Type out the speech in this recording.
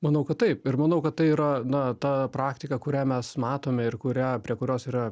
manau kad taip ir manau kad tai yra na ta praktika kurią mes matome ir kuria prie kurios yra